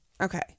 okay